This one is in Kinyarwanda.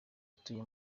atuye